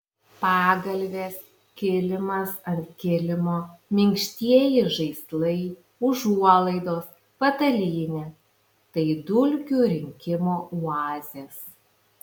pagalvės kilimas ant kilimo minkštieji žaislai užuolaidos patalynė tai dulkių rinkimo oazės